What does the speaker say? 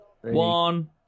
one